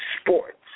sports